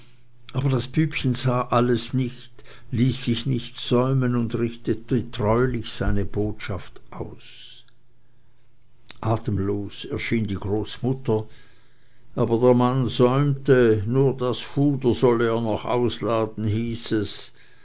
aber das bübchen sah alles nicht ließ sich nicht säumen und richtete treulich seine botschaft aus atemlos erschien die großmutter aber der mann säumte nur das fuder solle er noch ausladen hieß es